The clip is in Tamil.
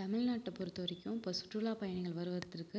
தமிழ் நாட்டை பொறுத்தவரைக்கும் இப்போ சுற்றுலா பயணிகள் வருவதற்கு